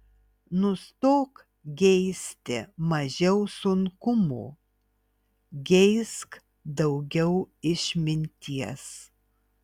nustok geisti mažiau sunkumų geisk daugiau išminties